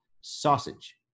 sausage